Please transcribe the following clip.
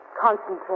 Concentrate